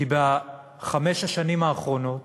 כי בחמש השנים האחרונות